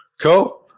Cool